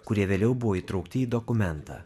kurie vėliau buvo įtraukti į dokumentą